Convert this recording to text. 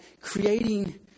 creating